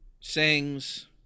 Sings